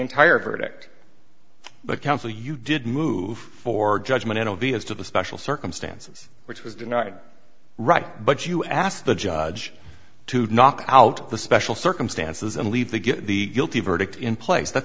entire verdict but counsel you did move forward judgment of the as to the special circumstances which was denied right but you asked the judge to knock out the special circumstances and leave the good the guilty verdict in place that's